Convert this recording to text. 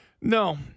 No